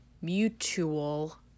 mutual